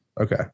Okay